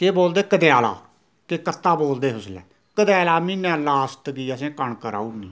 केह् बोलदे कदयाला के कत्ता बोलदे हे उसलै कदयाला म्हीनै लास्ट दी असैं कनक राऊनीं